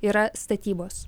yra statybos